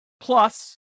Plus